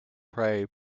pray